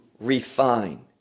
refine